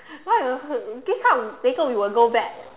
why don't have this kind later we will go back